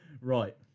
Right